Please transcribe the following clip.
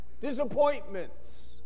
disappointments